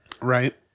Right